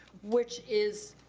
which is,